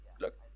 look